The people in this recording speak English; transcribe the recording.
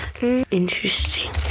Interesting